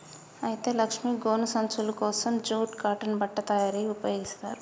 అయితే లక్ష్మీ గోను సంచులు కోసం జూట్ కాటన్ బట్ట తయారీకి ఉపయోగిస్తారు